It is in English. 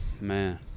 man